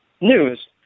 news